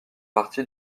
parti